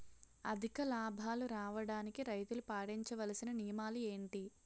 అధిక లాభాలు రావడానికి రైతులు పాటించవలిసిన నియమాలు ఏంటి